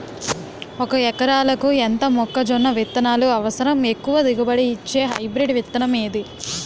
ఒక ఎకరాలకు ఎంత మొక్కజొన్న విత్తనాలు అవసరం? ఎక్కువ దిగుబడి ఇచ్చే హైబ్రిడ్ విత్తనం ఏది?